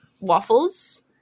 waffles